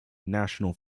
national